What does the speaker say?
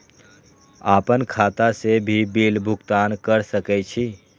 आपन खाता से भी बिल भुगतान कर सके छी?